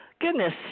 Goodness